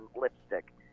lipstick